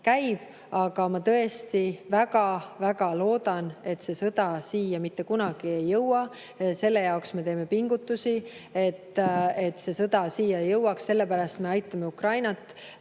käib. Aga ma tõesti väga-väga loodan, et sõda siia mitte kunagi ei jõua. Selle jaoks me teeme pingutusi, et see sõda siia ei jõuaks. Sellepärast me aitame Ukrainat.